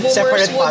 Separate